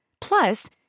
Plus